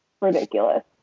ridiculous